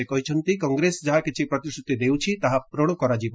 ସେ କହିଛନ୍ତି କଂଗ୍ରେସ ଯାହା କିଛି ପ୍ରତିଶ୍ରତି ଦେଉଛି ତାହା ପ୍ରରଣ କରାଯିବ